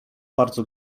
bardzo